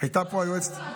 הייתה פה היועצת,